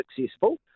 successful